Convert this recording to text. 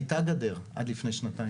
הייתה גדר עד לפני שנתיים-שלוש.